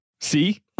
See